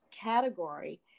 category